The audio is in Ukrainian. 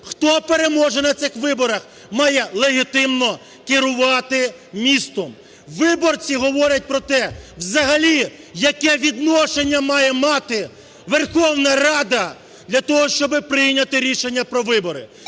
Хто переможе на цих виборах, має легітимно керувати містом. Виборці говорять про те взагалі, яке відношення має мати Верховна Рада для того, щоби прийняти рішення про вибори.